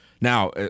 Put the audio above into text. Now